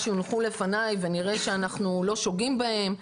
יונחו לפניי ואני אראה שאנחנו לא שוגים בהן,